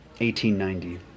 1890